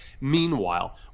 Meanwhile